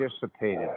dissipated